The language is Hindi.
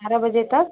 बारह बजे तक